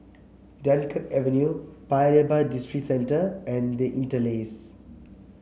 Dunkirk Avenue Paya Lebar Districentre and The Interlace